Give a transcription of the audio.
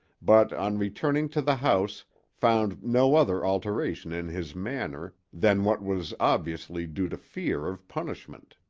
but on returning to the house found no other alteration in his manner than what was obviously due to fear of punishment.